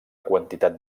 quantitat